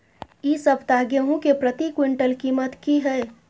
इ सप्ताह गेहूं के प्रति क्विंटल कीमत की हय?